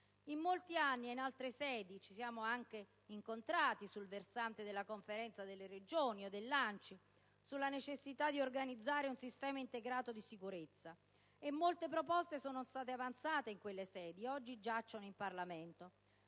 In molti anni e in altre sedi ci siamo anche incontrati sul versante della Conferenza delle Regioni e delle Province autonome o dell'ANCI sulla necessità di organizzare un sistema integrato di sicurezza e molte proposte avanzate in quelle sedi oggi giacciono in Parlamento